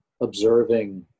observing